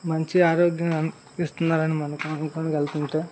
మంచి ఆరోగ్యం ఇస్తున్నారని మనము అనుకుని వెళ్తుంటే